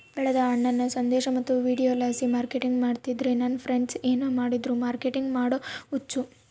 ಬೆಳೆದ ಹಣ್ಣನ್ನ ಸಂದೇಶ ಮತ್ತು ವಿಡಿಯೋಲಾಸಿ ಮಾರ್ಕೆಟಿಂಗ್ ಮಾಡ್ತಿದ್ದೆ ನನ್ ಫ್ರೆಂಡ್ಸ ಏನ್ ಮಾಡಿದ್ರು ಮಾರ್ಕೆಟಿಂಗ್ ಮಾಡೋ ಹುಚ್ಚು